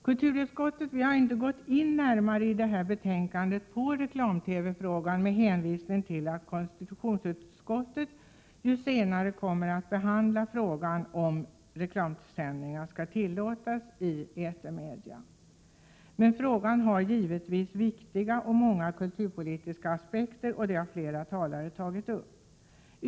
Kulturutskottet går i betänkandet inte närmare in på frågan om reklam-TV - detta med hänvisning till att konstitutionsutskottet senare kommer att behandla frågan om huruvida reklamsändningar skall tillåtas i etermedia. Frågan har givetvis många viktiga kulturpolitiska aspekter. Det har flera talare framhållit.